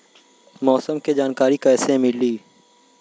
मौसम के जानकारी कैसे मिली?